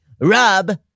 Rob